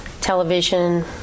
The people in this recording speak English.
television